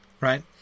right